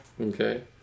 okay